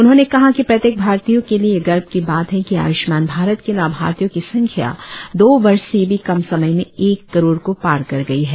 उन्होंने कहा कि प्रत्येक भारतीय के लिए यह गर्व की बात है कि आयुष्मान भारत के लाभार्थियों की संख्या दो वर्ष से भी कम समय में एक करोड़ को पार कर गई है